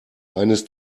eines